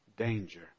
danger